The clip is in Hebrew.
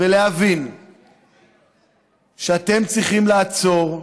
ולהבין שאתם צריכים לעצור,